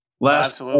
last